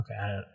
Okay